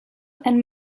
and